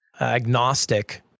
agnostic